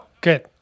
good